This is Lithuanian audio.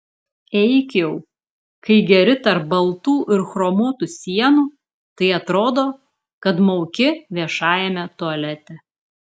eik jau kai geri tarp baltų ir chromuotų sienų tai atrodo kad mauki viešajame tualete